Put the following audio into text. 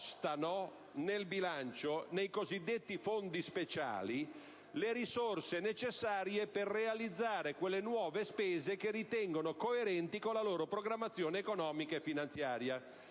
appostano nello stesso, nei cosiddetti fondi speciali, le risorse necessarie per realizzare quelle nuove spese che ritengono coerenti con la loro programmazione economica e finanziaria.